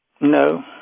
No